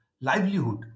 livelihood